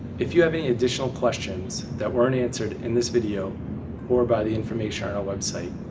if you have any additional questions that weren't answered in this video or by the information on our website,